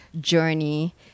journey